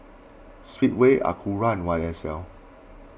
Speedway Acura and Y S L